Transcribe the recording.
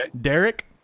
Derek